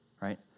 right